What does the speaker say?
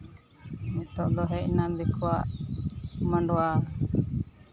ᱱᱤᱛᱚᱜ ᱫᱚ ᱦᱮᱡ ᱱᱟ ᱫᱤᱠᱩᱣᱟᱜ ᱢᱟᱰᱣᱟ